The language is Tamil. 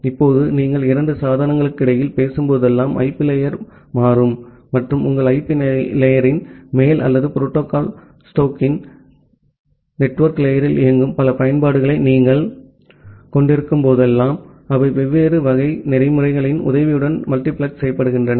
இப்போது நீங்கள் இரண்டு சாதனங்களுக்கிடையில் பேசும்போதெல்லாம் ஐபி லேயர் மாறும் மற்றும் உங்கள் ஐபி லேயரின் மேல் அல்லது புரோட்டோகால் ஸ்டேக்கின் நெட்வொர்க் லேயரில் இயங்கும் பல பயன்பாடுகளை நீங்கள் கொண்டிருக்கும்போதெல்லாம் அவை வெவ்வேறு வகை புரோட்டோகால்களின் உதவியுடன் மல்டிபிளக்ஸ் செய்யப்படுகின்றன